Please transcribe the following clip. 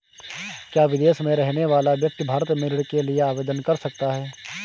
क्या विदेश में रहने वाला व्यक्ति भारत में ऋण के लिए आवेदन कर सकता है?